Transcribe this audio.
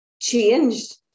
changed